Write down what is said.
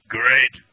great